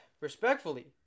respectfully